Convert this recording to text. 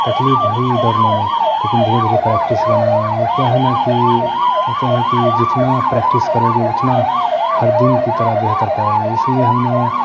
तकलीफ हुई दौड़ने में लेकिन धीरे धीरे प्रेक्टिस बना वह क्या है न कि कहते हैं कि जितना प्रेक्टिस करोगे उतना हर दिन की तरह बेहतर पाओगे इसलिए हमने